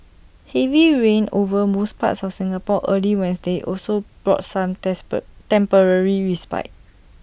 heavy rain over most parts of Singapore early Wednesday also brought some despair temporary respite